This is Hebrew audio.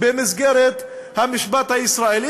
במסגרת המשפט הישראלי,